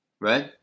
Right